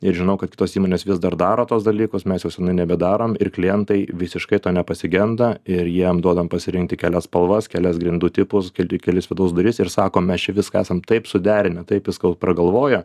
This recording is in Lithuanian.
ir žinau kad kitos įmonės vis dar daro tuos dalykus mes jau senai nebedarom ir klientai visiškai to nepasigenda ir jiem duodam pasirinkti kelias spalvas kelias grindų tipus keli kelis vidaus duris ir sakom mes čia viską esam taip suderinę taip viską jau pragalvoję